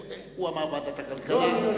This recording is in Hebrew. הוא אומר ועדת הכלכלה.